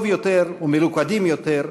טוב יותר ומלוכדים יותר,